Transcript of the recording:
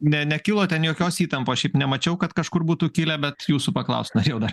ne nekilo ten jokios įtampos šiaip nemačiau kad kažkur būtų kilę bet jūsų paklaust norėjau dar